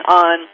on